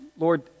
Lord